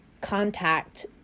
contact